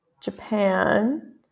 Japan